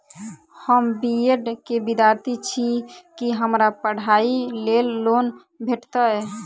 हम B Ed केँ विद्यार्थी छी, की हमरा पढ़ाई लेल लोन भेटतय?